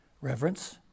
Reverence